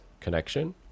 connection